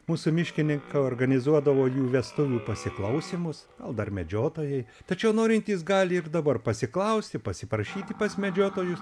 mūsų miškininkai organizuodavo jų vestuvių pasiklausymus gal dar medžiotojai tačiau norintys gali ir dabar pasiklausti pasiprašyti pas medžiotojus